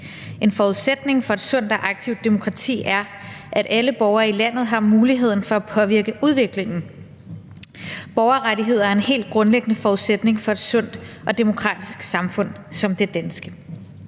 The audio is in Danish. En forudsætning for et sundt og aktivt demokrati er, at alle borgere i landet har muligheden for at påvirke udviklingen. Borgerrettigheder er en helt grundlæggende forudsætning for et sundt og demokratisk samfund som det danske.